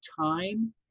time